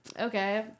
okay